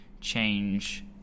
change